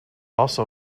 also